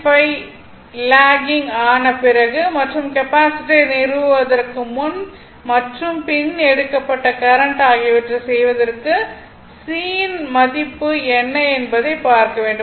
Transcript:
95 lagging ஆன பிறகு மற்றும் கெப்பாசிட்டரை நிறுவுவதற்கு முன் மற்றும் பின் எடுக்கப்பட்ட கரண்ட் ஆகியவற்றை செய்வதற்கு C இன் மதிப்பு என்ன என்பதைப் பார்க்க வேண்டும்